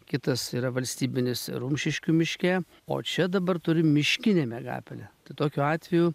kitas yra valstybinis rumšiškių miške o čia dabar turim miškinę miegapelę tai tokiu atveju